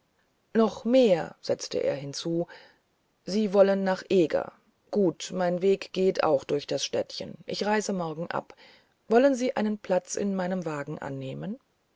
noch mehr setzte er hinzu sie wollen nach eger gut mein weg geht durch das städtchen ich reise morgen ab wollen sie einen platz in meinem wagen annehmen